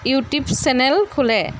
YouTube channel খোলে